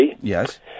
Yes